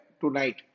tonight